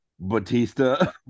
Batista